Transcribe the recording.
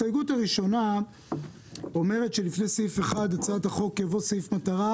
הראשונה אומרת שלפני סעיף 1 להצעת חוק יבוא סעיף מטרה